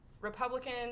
Republican